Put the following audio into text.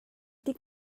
tik